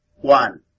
one